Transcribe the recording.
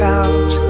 out